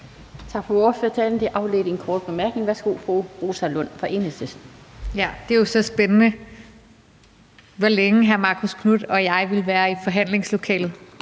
Tak for ordførertalen. Det affødte en kort bemærkning. Værsgo til fru Rosa Lund fra Enhedslisten. Kl. 15:23 Rosa Lund (EL): Det er spændende, hvor længe hr. Marcus Knuth og jeg så ville være i forhandlingslokalet